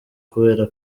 kubera